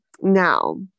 Now